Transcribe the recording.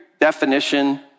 definition